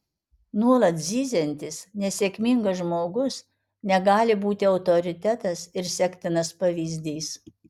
nuolat zyziantis nesėkmingas žmogus negali būti autoritetas ir sektinas pavyzdys